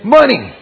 Money